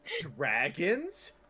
Dragons